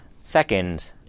Second